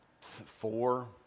four